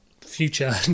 future